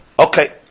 Okay